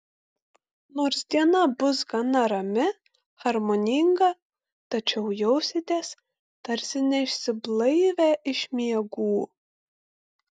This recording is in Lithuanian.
nors diena bus gana rami harmoninga tačiau jausitės tarsi neišsiblaivę iš miegų